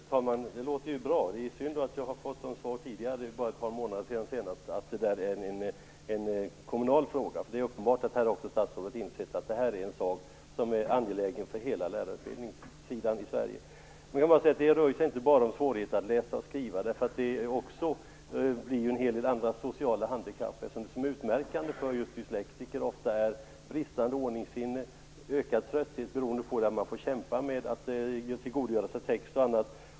Fru talman! Det låter bra. Det är synd att jag senast för ett par månader sedan fick svaret att det är en kommunal fråga. Det är uppenbart att också statsrådet har insett att det är en sak som är angelägen för hela lärarutbildningssidan i Sverige. Det rör sig inte bara om svårigheter att läsa och skriva. Det blir också en hel del andra sociala handikapp. Det som ofta är utmärkande för just dyslektiker är bristande ordningssinne och ökad trötthet, beroende på att man får kämpa med att tillgodogöra sig text och annat.